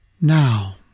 Now